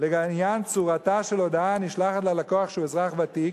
לעניין צורתה של הודעה הנשלחת ללקוח שהוא אזרח ותיק,